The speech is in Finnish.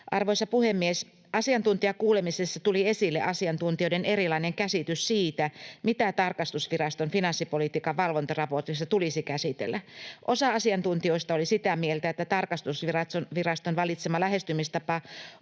Arvoisa puhemies! Asiantuntijakuulemisessa tuli esille asiantuntijoiden erilainen käsitys siitä, mitä tarkastusviraston finanssipolitiikan valvontaraportissa tulisi käsitellä. Osa asiantuntijoista oli sitä mieltä, että tarkastusviraston valitsema lähestymistapa